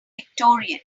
victorian